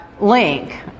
link